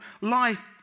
life